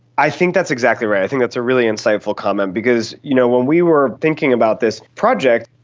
i think that's exactly right, i think that's a really insightful comment because you know when we were thinking about this project,